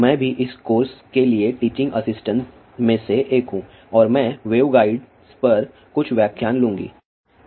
मैं भी इस कोर्स के लिए टीचिंग असिस्टेंट में से एक हूं और मैं वेवगाइड्स पर कुछ व्याख्यान लुँगी